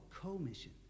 commission